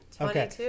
Okay